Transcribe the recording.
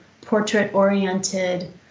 portrait-oriented